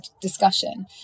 discussion